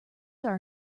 are